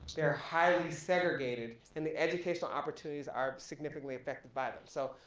they're highly segregated and the educational opportunities are significantly affected by them, so.